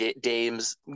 games